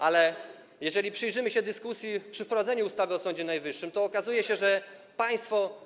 ale jeżeli przyjrzymy się dyskusji toczonej przy wprowadzaniu w życie ustawy o Sądzie Najwyższym, to okazuje się, że państwo.